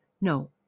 no